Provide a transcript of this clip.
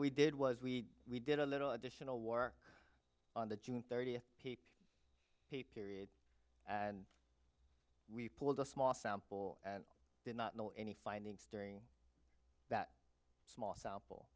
we did was we we did a little additional war on the june thirtieth pay period and we pulled a small sample and did not know any findings during that small sample